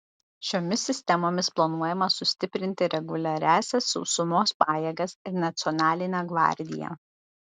šiomis sistemomis planuojama sustiprinti reguliariąsias sausumos pajėgas ir nacionalinę gvardiją